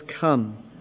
come